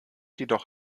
jedoch